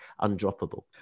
undroppable